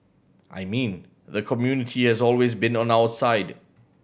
I mean the community has always been on our side